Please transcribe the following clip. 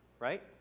right